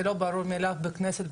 זה לא ברור מאליו בכנסת,